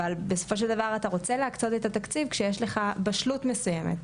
אבל בסופו של דבר אתה רוצה להקצות את התקציב כשיש לך בשלות מסוימת.